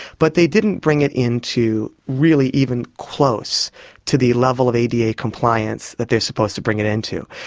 but they didn't bring it into really even close to the level of ada compliance that they are supposed to bring it into.